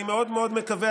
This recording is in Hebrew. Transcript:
אני מאוד מקווה,